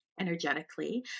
energetically